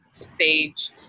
stage